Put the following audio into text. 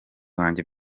wanjye